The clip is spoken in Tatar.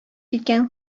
киткән